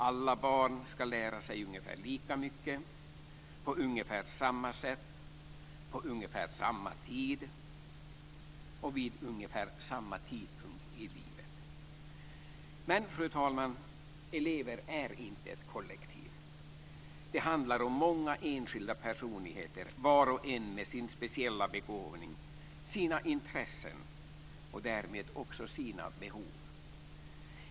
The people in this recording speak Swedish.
Alla barn ska lära sig ungefär lika mycket, på ungefär samma sätt, på ungefär samma tid och vid ungefär samma tidpunkt i livet. Men, fru talman, elever är inte ett kollektiv. Det handlar om många enskilda personligheter, var och en med sin speciella begåvning, sina intressen och därmed också sina behov.